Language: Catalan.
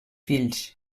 fills